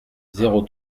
zéro